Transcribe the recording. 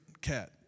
cat